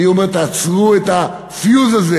אני אומר, תעצרו את הפיוז הזה,